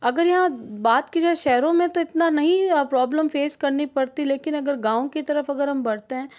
अगर यहाँ बात की जाए शहरों में तो इतना नहीं है प्रॉब्लम फेस करनी पड़ती लेकिन अगर गाँव की तरफ अगर हम बढ़ते हैं